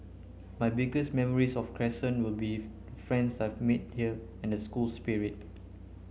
my biggest memories of Crescent will be friends I've made here and the school spirit